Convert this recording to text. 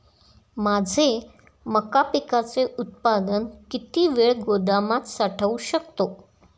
माझे मका पिकाचे उत्पादन किती वेळ गोदामात साठवू शकतो?